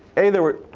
a, there were